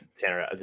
Tanner